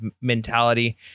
mentality